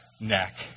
neck